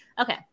Okay